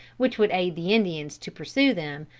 which would aid the indians to pursue them,